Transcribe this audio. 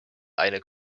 eine